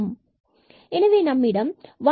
எனவே நம்மிடம் 1 4 y20 உள்ளது